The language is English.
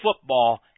football